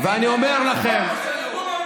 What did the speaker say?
אימהות עובדות,